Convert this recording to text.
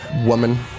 woman